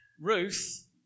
Ruth